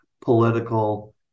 political